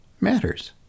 matters